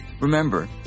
Remember